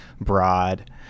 broad